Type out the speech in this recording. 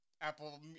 Apple